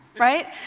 right?